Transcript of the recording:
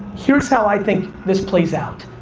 here's how i think this plays out.